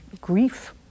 grief